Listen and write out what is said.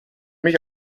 mich